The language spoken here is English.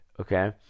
okay